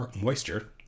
moisture